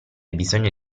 bisogno